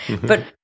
But-